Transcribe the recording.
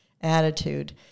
attitude